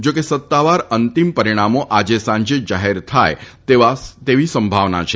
જોકે સત્તાવાર અંતિમ પરિણામો આજે સાંજે જાહેર થાય તેવી સંભાવના છે